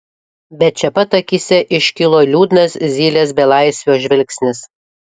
bet čia pat akyse iškilo liūdnas zylės belaisvio žvilgsnis